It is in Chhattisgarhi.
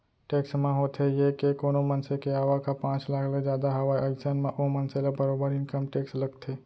टेक्स म होथे ये के कोनो मनसे के आवक ह पांच लाख ले जादा हावय अइसन म ओ मनसे ल बरोबर इनकम टेक्स लगथे